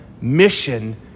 mission